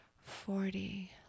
forty